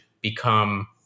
become